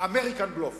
"אמריקן בלוף".